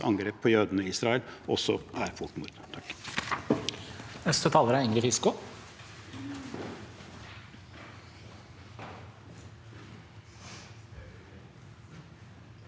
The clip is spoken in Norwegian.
angrep på jødene i Israel også som et folkemord.